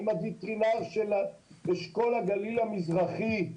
עם הווטרינר של אשכול הגליל המזרחי.